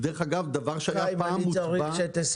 זה דבר שהיה פעם מוטבע --- אני צריך שתסיים,